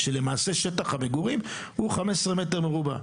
שטח המגורים הוא 15 מטרים מרובעים.